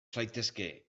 zaitezte